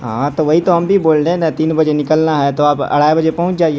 ہاں تو وہی تو ہم بھی بول رہے ہیں نا تین بجے نکلنا ہے تو آپ ڈھائی بجے پہنچ جائیے